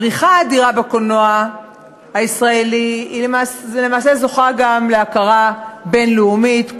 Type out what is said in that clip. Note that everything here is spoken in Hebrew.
הפריחה האדירה בקולנוע הישראלי למעשה זוכה גם להכרה בין-לאומית.